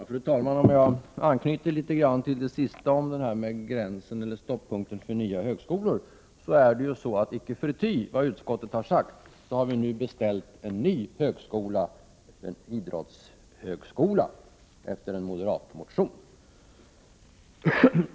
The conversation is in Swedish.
Fru talman! Jag vill anknyta något till frågan om stoppunkten för nya högskolor. Icke förty vad utskottet har sagt har vi beställt en ny högskola, en idrottshögskola i enlighet med en moderatmotion.